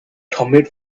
commute